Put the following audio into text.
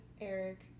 Eric